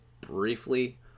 briefly